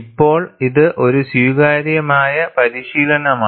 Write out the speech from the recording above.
ഇപ്പോൾ ഇത് ഒരു സ്വീകാര്യമായ പരിശീലനമാണ്